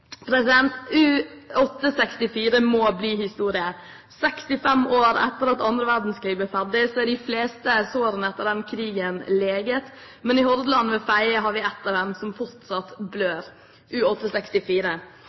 må bli historie. 65 år etter at andre verdenskrig ble ferdig, er de fleste sårene etter den krigen leget, men i Hordaland, ved Fedje, har vi et som fortsatt blør: U-864. Ubåten er en av